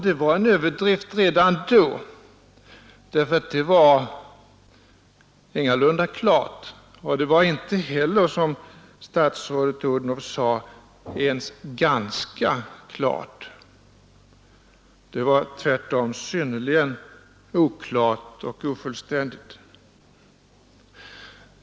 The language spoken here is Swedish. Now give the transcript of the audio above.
Det var en överdrift redan då; det var ingalunda klart och det var inte heller, som statsrådet Odhnoff sade, ganska klart. Det var tvärtom synnerligen oklart och ofullständigt.